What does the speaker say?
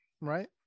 right